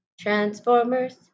Transformers